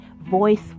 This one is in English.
voice